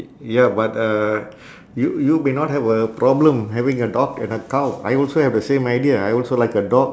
ya but uh you you may not have a problem having a dog and a cow I also have the same idea I also like a dog